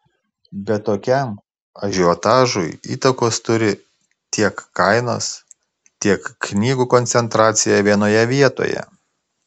bet tokiam ažiotažui įtakos turi tiek kainos tiek knygų koncentracija vienoje vietoje